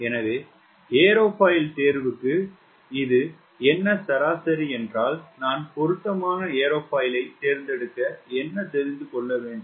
எனவே ஏரோஃபாயில் தேர்வுக்கு இது என்ன சராசரி என்றால் நான் பொருத்தமான ஏரோஃபைல் தேர்ந்தெடுக்க என்ன தெரிந்து கொள்ள வேண்டும்